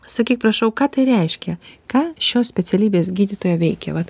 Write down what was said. sakyk prašau ką tai reiškia ką šios specialybės gydytoja veikia vat